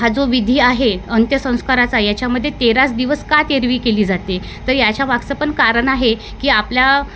हा जो विधी आहे अंत्यसंस्काराचा याच्यामध्ये तेराच दिवस का तेरवी केली जाते तर याच्या मागचं पण कारण आहे की आपल्या